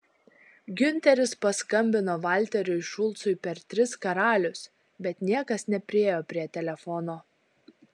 giunteris paskambino valteriui šulcui per tris karalius bet niekas nepriėjo prie telefono